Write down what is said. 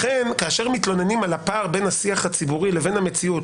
כאשר מתלוננים על הפער בין השיח הציבורי לבין המציאות,